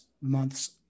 month's